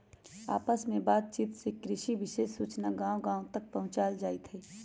आपस में बात चित से कृषि विशेष सूचना गांव गांव तक पहुंचावल जाईथ हई